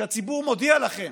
כשהציבור מודיע לכם